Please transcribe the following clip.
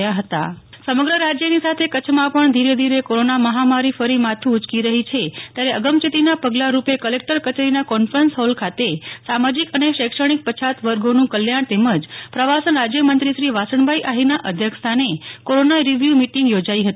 Nehal Thakkar collector કચેરી corona review meeting સમગ્ર રાજ્યની સાથે કચ્છમાં પણ ધીરે ધીરે કોરોના મહામારી ફરી માથું ઉંચકી રહી છે ત્યારે અગમચેતીના પગલા સ્વરૂપે કલેકટર કચેરીના કોન્ફરન્સ હોલ ખાતે સામાજિક અને શૈક્ષણિક પછાત વર્ગોનું કલ્યાણ તેમજ પ્રવાસન રાજયમંત્રીશ્રી વાસણભાઇ આહિરના અધ્યક્ષસ્થાને કોરોના રિવ્યું મિટીંગ યોજાઈ હતી